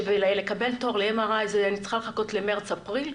ולקבל תור ל-MRI, צריך לחכות עד מארס-אפריל.